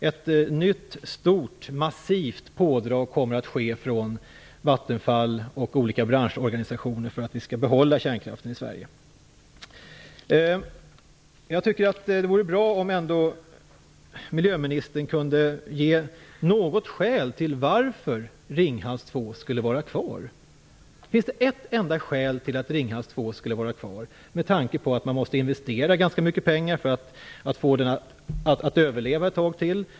Ett nytt stort, massivt pådrag kommer att ske från Vattenfall och olika branschorganisationer för att vi skall behålla kärnkraften i Sverige. Det vore bra om miljöministern kunde ge något skäl till att Ringhals 2 skulle vara kvar. Finns det ett enda skäl till att Ringhals 2 skulle vara kvar, med tanke på att man måste investera ganska mycket pengar för att få reaktorn att överleva ett tag till?